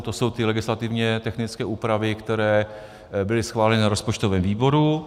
To jsou ty legislativně technické úpravy, které byly schváleny na rozpočtovém výboru.